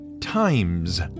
Times